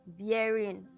bearing